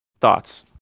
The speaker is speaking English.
Thoughts